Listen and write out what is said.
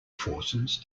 forces